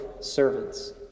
servants